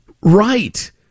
right